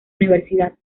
universidad